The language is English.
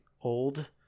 old